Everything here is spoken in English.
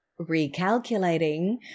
recalculating